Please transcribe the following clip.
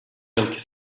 yılki